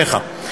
אליך,